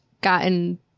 gotten